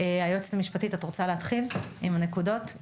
היועצת המשפטית, את רוצה להתחיל עם הנקודות?